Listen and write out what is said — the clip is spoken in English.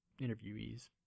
interviewees